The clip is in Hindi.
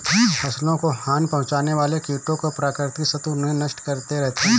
फसलों को हानि पहुँचाने वाले कीटों के प्राकृतिक शत्रु उन्हें नष्ट करते रहते हैं